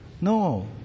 No